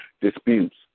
disputes